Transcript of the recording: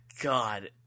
god